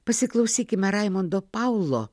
pasiklausykime raimundo paulo